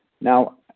Now